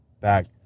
back